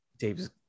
Dave's